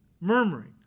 Murmuring